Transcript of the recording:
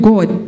God